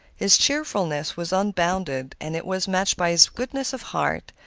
his cheerfulness was unbounded, and it was matched by his goodness of heart,